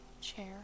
chair